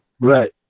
Right